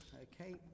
okay